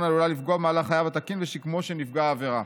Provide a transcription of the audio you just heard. עלולה לפגוע במהלך חייו התקין ובשיקומו של נפגע העבירה.